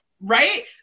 right